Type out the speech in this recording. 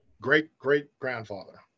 Great-great-grandfather